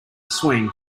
swing